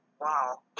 Wow